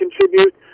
contribute